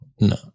No